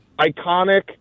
iconic